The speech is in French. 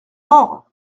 mort